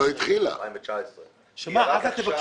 סוף 2019. רק אז תבקשו?